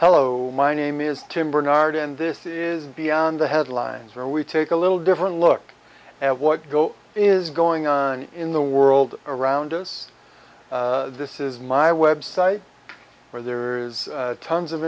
hello my name is tim barnard and this is beyond the headlines where we take a little different look at what is going on in the world around us this is my web site where there is tons of